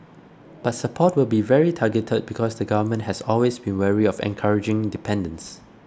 but support will be very targeted because the Government has always been wary of encouraging dependence